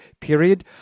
period